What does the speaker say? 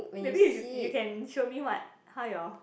maybe you should you can show me what how your